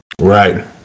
Right